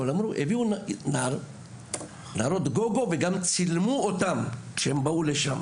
אבל הביאו נערות גוגו וגם צילמו אותן כשהן באו לשם.